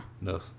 No